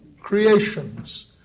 creations